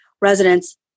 residents